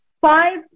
five